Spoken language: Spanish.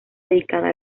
dedicada